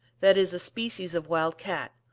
that is, a species of wild cat,